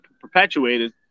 perpetuated